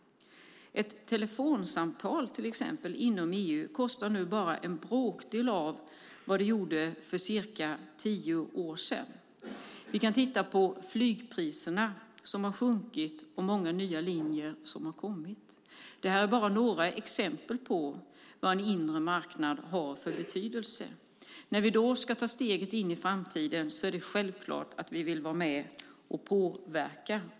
Ett telefonsamtal inom EU kostar nu exempelvis bara en bråkdel av vad det gjorde för cirka tio år sedan. Flygpriserna har sjunkit, och många nya linjer har tillkommit. Detta är bara några exempel på vad en inre marknad har för betydelse. När vi ska ta steget in i framtiden är det självklart att vi vill vara med och påverka.